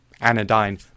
anodyne